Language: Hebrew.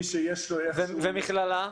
ומכללה?